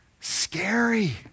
scary